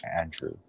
andrew